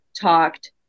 talked